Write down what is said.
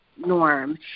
Norm